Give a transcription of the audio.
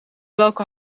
welke